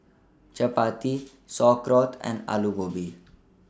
Chapati Sauerkraut and Alu Gobi